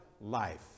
life